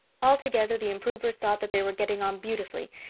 altogether, the improvers thought that they were getting on beautifully,